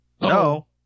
No